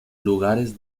lugares